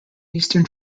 eastern